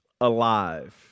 Alive